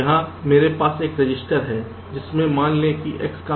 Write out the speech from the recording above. यहाँ मेरे पास एक रजिस्टर है जिसमें मान लें कि X का मान है